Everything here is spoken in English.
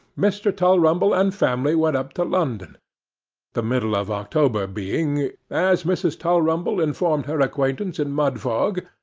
mr. tulrumble and family went up to london the middle of october being, as mrs. tulrumble informed her acquaintance in mudfog,